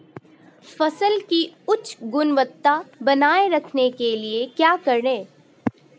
फसल की उच्च गुणवत्ता बनाए रखने के लिए क्या करें?